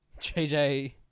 JJ